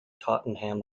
tottenham